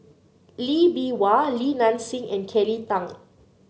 Lee Bee Wah Li Nanxing and Kelly Tang